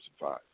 five